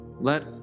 Let